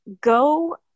go